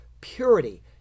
purity